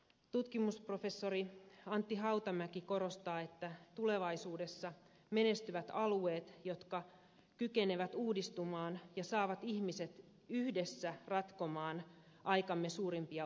tutkimusprofessori antti hautamäki korostaa että tulevaisuudessa menestyvät alueet jotka kykenevät uudistumaan ja saavat ihmiset yhdessä ratkomaan aikamme suurimpia ongelmia